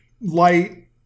light